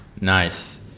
Nice